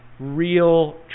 real